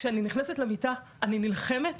כשאני נכנסת למיטה אני נלחמת